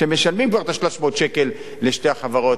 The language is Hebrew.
הם משלמים כבר 300 שקל לשתי החברות,